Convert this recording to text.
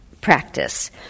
Practice